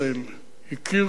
הכיר כל שביל,